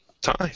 time